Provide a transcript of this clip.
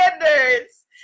standards